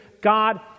God